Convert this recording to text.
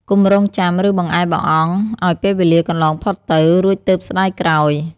កុំរង់ចាំ ឬបង្អែបង្អង់ឱ្យពេលវេលាកន្លងផុតទៅ រួចទើបស្ដាយក្រោយ ។